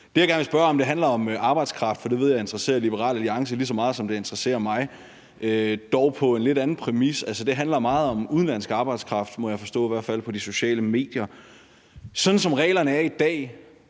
Det, jeg gerne vil spørge om, er arbejdskraft, for det ved jeg interesserer Liberal Alliance lige så meget, som det interesserer mig, dog ud fra en lidt anden præmis. Det handler meget om udenlandsk arbejdskraft, kan jeg i hvert fald forstå på det, der skrives på de sociale medier. Sådan som reglerne er i dag,